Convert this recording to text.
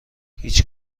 هیچ